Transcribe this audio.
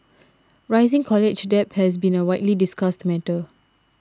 rising college debt has been a widely discussed matter